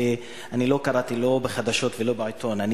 אני לא קראתי לא בחדשות ולא בעיתון,